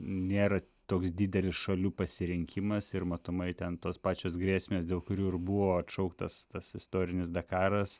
nėra toks didelis šalių pasirinkimas ir matomai ten tos pačios grėsmės dėl kurių ir buvo atšauktas tas istorinis dakaras